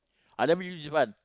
I never use this one